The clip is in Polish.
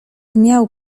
miał